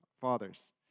fathers